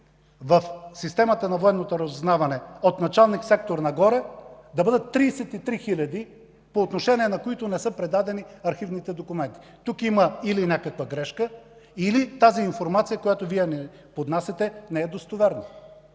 в системата на Военното разузнаване от началник-сектор нагоре да бъдат 33 хиляди, по отношение на които не са предадени архивните документи? Тук има или някаква грешка, или информацията, която ни поднасяте, не е достоверна.